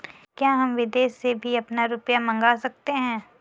क्या हम विदेश से भी अपना रुपया मंगा सकते हैं?